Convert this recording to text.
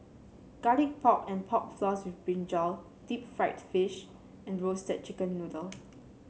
Garlic Pork and Pork Floss with brinjal Deep Fried Fish and Roasted Chicken Noodle